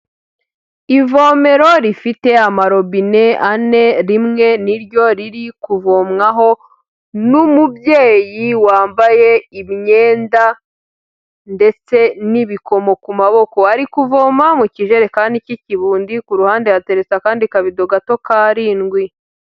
Ivomero rifite amarobine ane rimwe ni ryo riri kuvomwaho n'umubyeyi wambaye imyenda ndetse n'ibikomo ku maboko. Ari kuvoma mu kijerekani cy'ikibundi ku ruhande yatereretse akandi kabido gato karindwi.